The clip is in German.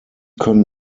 können